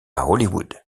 hollywood